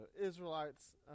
Israelites